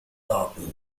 darboux